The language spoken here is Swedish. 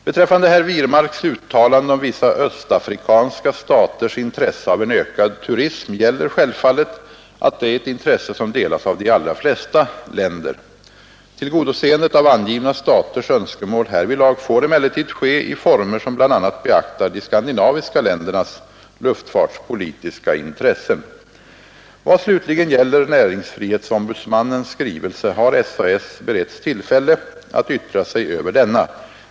Beträffande herr Wirmarks uttalande om vissa östafrikanska staters intresse av en ökad turism gäller självfallet att det är ett intresse som delas av de allra flesta länder. Tillgodoseendet av angivna staters önskemål härvidlag får emellertid ske i former som bl.a. beaktar de skandinaviska ländernas luftfartspolitiska intressen. Vad slutligen gäller näringsfrihetsombudsmannens skrivelse har SAS beretts tillfälle att yttra sig över denna.